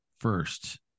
first